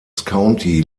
county